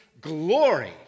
glory